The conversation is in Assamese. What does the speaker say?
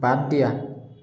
বাদ দিয়া